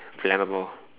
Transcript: flammable